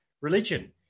religion